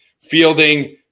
Fielding